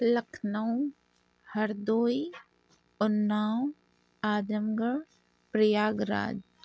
Lucknow Hardoi Unnao Azamgarh Prayag Raj